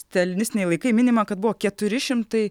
stalinistiniai laikai minima kad buvo keturi šimtai